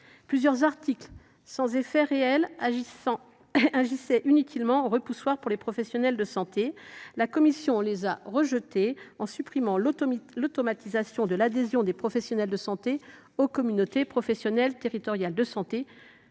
Plusieurs articles, dépourvus d’effets réels, agissaient inutilement comme des repoussoirs pour les professionnels de santé. La commission les a rejetés, en supprimant l’automatisation de l’adhésion des professionnels de santé aux communautés professionnelles territoriales de santé